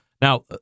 Now